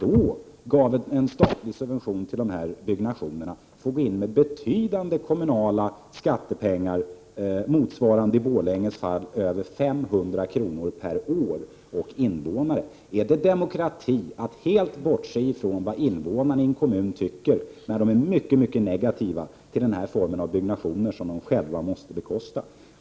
Där fick man en statlig subvention till byggnationen, men trots detta fick man gå in med betydande kommunala skattepengar, motsvarande över 500 kr. per år och invånare. Är det demokrati att helt bortse från vad invånarna i en kommun tycker när de är mycket negativa till denna form av byggnationer som de själva måste bekosta?